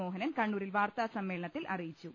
മോഹനൻ കണ്ണൂരിൽ വാർത്താ സമ്മേളനത്തിൽ അറിയിച്ചു